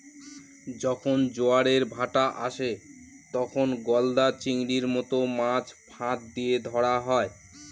যখন জোয়ারের ভাঁটা আসে, তখন গলদা চিংড়ির মত মাছ ফাঁদ দিয়ে ধরা হয়